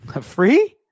Free